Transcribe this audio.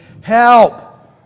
help